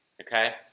Okay